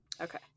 Okay